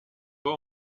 pas